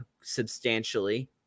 substantially